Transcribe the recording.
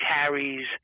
carries